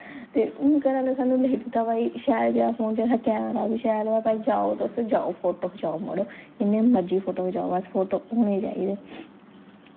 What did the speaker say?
ते हून घर आह्लें सानू लेई दित्ता भाई शैल जेहा फोन जेह्दा कैमरा बी शैल होऐ भाई जाओ तुस जाओ फोटो खचाओ मड़ो जिन्ने मर्जी फोटो खचाओ अस फोटो हून गै चाहिदे